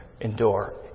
endure